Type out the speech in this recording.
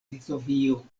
litovio